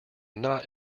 not